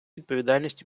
відповідальність